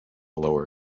lower